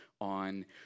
on